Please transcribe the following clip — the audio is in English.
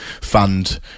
fund